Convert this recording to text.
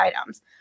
items